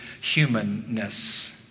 humanness